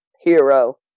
hero